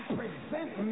present